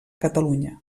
catalunya